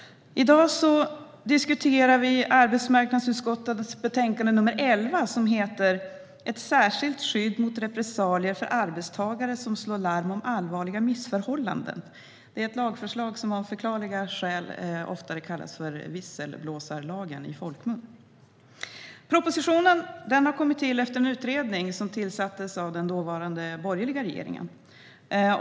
I dag diskuterar vi arbetsmarknadsutskottets betänkande 11, Ett särskilt skydd mot repressalier för arbetstagare som slår larm om allvarliga missförhållanden . Det handlar om ett lagförslag som i folkmun av förklarliga skäl oftare kallas visselblåsarlagen. Propositionen har kommit till efter en utredning som tillsattes av den dåvarande borgerliga regeringen.